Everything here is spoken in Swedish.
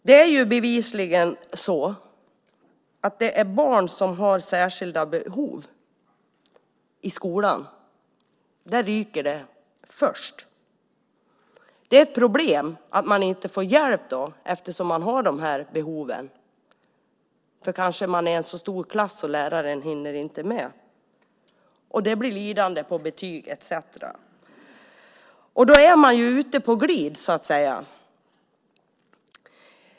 Det är bevisligen för barn som har särskilda behov i skolan som resurserna ryker först. Det är ett problem att man inte får hjälp när man har de här behoven. Det kanske är en så stor klass att läraren inte hinner med. Det blir betygen lidande av. Då är man på glid.